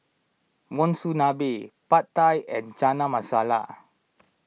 Monsunabe Pad Thai and Chana Masala